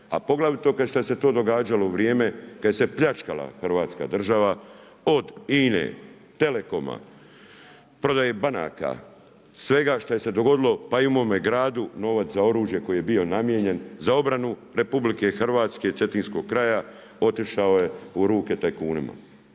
a poglavito što se to događalo u vrijeme kada se pljačkala Hrvatska država od INA-e, Telecoma, prodaje banaka, svega što se je dogodilo pa i u mome gradu, novac za oružje za koje je bio namijenjen, za obranu RH i Cetinskog kraja otišao je u ruke tajkunima.